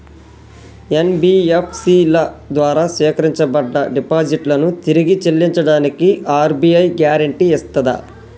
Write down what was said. NBFC ల ద్వారా సేకరించబడ్డ డిపాజిట్లను తిరిగి చెల్లించడానికి ఆర్.బి.ఐ గ్యారెంటీ ఇస్తదా?